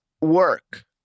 work